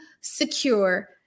secure